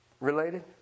related